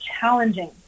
challenging